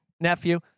Nephew